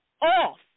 off